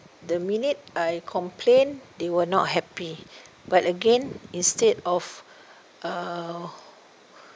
the minute I complain they were not happy but again instead of uh